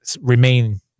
remain